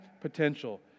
potential